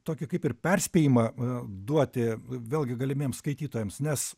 tokį kaip ir perspėjimą e duoti vėlgi galimiems skaitytojams nes